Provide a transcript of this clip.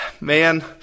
man